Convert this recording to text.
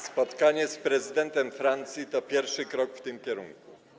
Spotkanie z prezydentem Francji to pierwszy krok w tym kierunku.